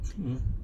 mmhmm